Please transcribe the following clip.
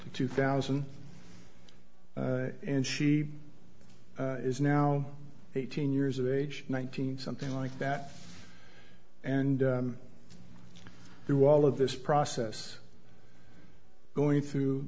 two thousand and she is now eighteen years of age nineteen something like that and through all of this process going through